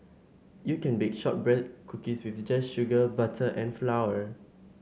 you can bake shortbread cookies with just sugar butter and flour